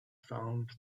found